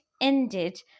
ended